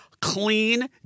Clean